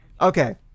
okay